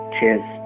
Cheers